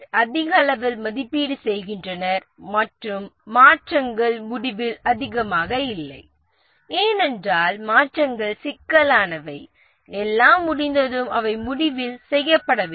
அதிகளவில் மதிப்பீடு செய்கின்றனர் மற்றும் மாற்றங்கள் முடிவில் அதிகமாக இல்லை ஏனென்றால் மாற்றங்கள் சிக்கலானவை எல்லாம் முடிந்ததும் அவை முடிவில் செய்யப்பட வேண்டும்